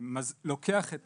אני לוקח את